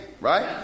Right